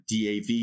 DAV